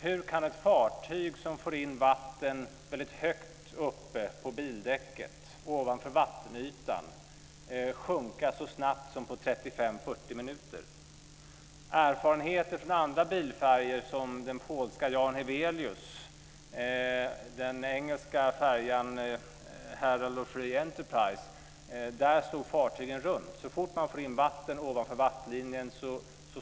Hur kan ett fartyg som får in vatten högt uppe på bildäcket, ovanför vattenytan, sjunka så snabbt som på 35-40 minuter? Erfarenheter från andra bilfärjor, som den polska Jan Heweliusz och den engelska Herald of Free Enterprise, visar att fartygen slår runt så fort de får in vatten ovanför vattenlinjen.